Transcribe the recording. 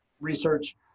research